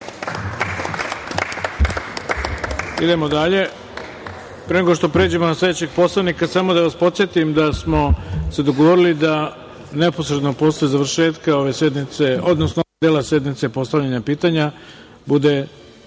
Hvala. Idemo dalje. Pre nego što pređemo na sledećeg poslanika, samo da vas podsetim da smo se dogovorili da neposredno posle završetka ove sednice, odnosno dela sednice postavljanja pitanja, bude